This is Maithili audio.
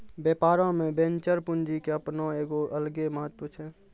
व्यापारो मे वेंचर पूंजी के अपनो एगो अलगे महत्त्व छै